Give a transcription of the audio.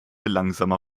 langsamer